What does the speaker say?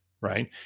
Right